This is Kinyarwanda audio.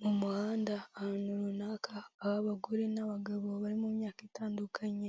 Mu muhanda ahantu runaka aho abagore n'abagabo bari mu myaka itandukanye